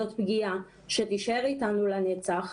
זאת פגיעה שתישאר איתנו לנצח.